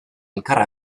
elkar